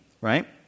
right